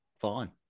fine